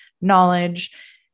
knowledge